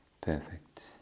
perfect